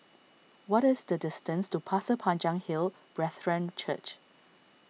what is the distance to Pasir Panjang Hill Brethren Church